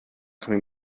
coming